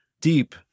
deep